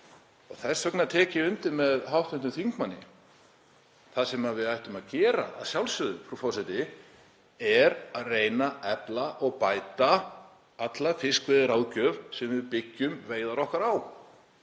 Þess vegna tek ég undir með hv. þingmanni að það sem við ættum að gera, að sjálfsögðu, frú forseti, er að reyna að efla og bæta alla fiskveiðiráðgjöf sem við byggjum veiðar okkar á.